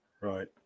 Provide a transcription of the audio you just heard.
Right